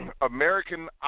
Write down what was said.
American